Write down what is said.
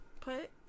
put